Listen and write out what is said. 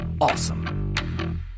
awesome